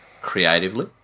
creatively